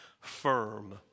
firm